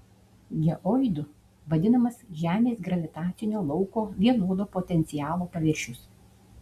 geoidu vadinamas žemės gravitacinio lauko vienodo potencialo paviršius